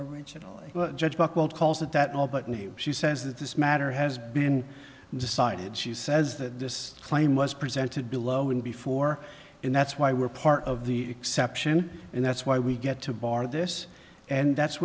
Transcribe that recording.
originally judge buchwald calls it that all but knew she says that this matter has been decided she says that this claim was presented below and before and that's why we're part of the exception and that's why we get to bar this and that's